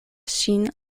ŝin